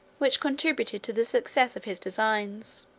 which contributed to the success of his designs.